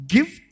Give